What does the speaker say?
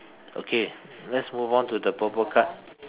okay let's move on to the purple card